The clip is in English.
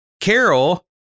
Carol